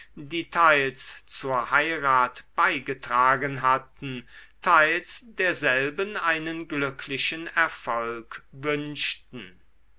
teils zur heirat beigetragen hatten teils derselben einen glücklichen erfolg wünschten